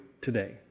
today